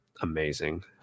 amazing